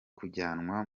kujyanwa